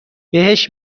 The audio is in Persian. بهش